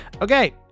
okay